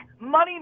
Money